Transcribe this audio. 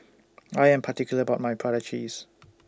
I Am particular about My Prata Cheese